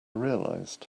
realized